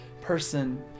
person